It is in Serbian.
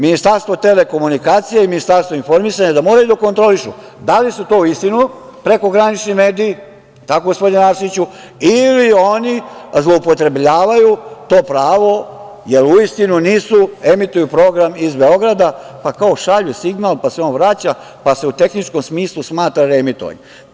Ministarstvo telekomunikacija i Ministarstvo informisanja da moraju da kontrolišu da li su to uistinu prekogranični mediji, jel tako gospodine Arsiću, ili oni zloupotrebljavaju to pravo, jer uistinu nisu, emituju program iz Beograda, pa kao šalju signal, pa se on vraća, pa se u tehničkom smislu smatra reemitovanjem.